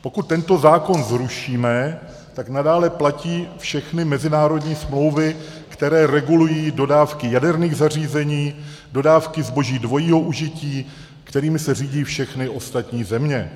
Pokud tento zákon zrušíme, tak nadále platí všechny mezinárodní smlouvy, které regulují dodávky jaderných zařízení, dodávky zboží dvojího užití, kterými se řídí všechny ostatní země.